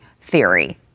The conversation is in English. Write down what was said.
theory